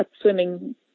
swimming